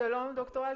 שלום, ד"ר אלטשולר.